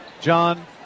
John